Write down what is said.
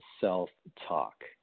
self-talk